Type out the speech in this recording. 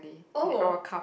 oh